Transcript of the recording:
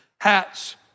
hats